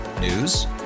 News